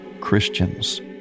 Christians